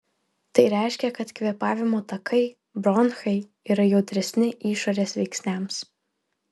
tai reiškia kad kvėpavimo takai bronchai yra jautresni išorės veiksniams